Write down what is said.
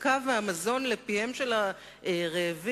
הצדקה והמזון לפיהם של הרעבים,